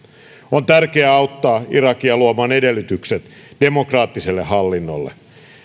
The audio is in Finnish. on tärkeää auttaa irakia luomaan edellytykset demokraattiselle hallinnolle